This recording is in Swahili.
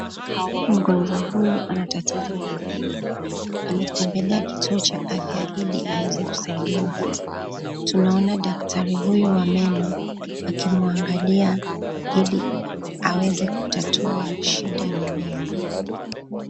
Mgonjwa huyu ana tatizo la meno. Ametembelea kituo cha afya ili aweze kusaidiwa. Tunaona daktari huyu wa meno akimuangalia ili aweze kutatua shida ni nini.